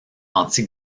anti